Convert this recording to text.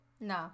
no